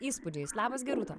įspūdžiais labas gerūta